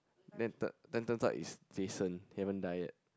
then turn turns turns out is Jason haven't die yet